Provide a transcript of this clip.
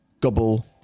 Gobble